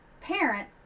parent